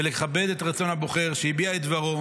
ולכבד את רצון הבוחר שהביע את דברו.